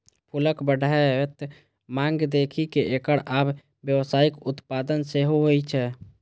फूलक बढ़ैत मांग देखि कें एकर आब व्यावसायिक उत्पादन सेहो होइ छै